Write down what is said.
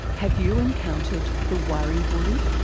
have you encountered the worry bully?